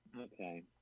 Okay